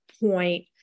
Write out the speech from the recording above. point